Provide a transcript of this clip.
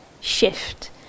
shift